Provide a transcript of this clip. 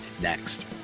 next